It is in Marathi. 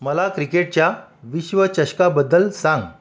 मला क्रिकेटच्या विश्व चषकाबद्दल सांग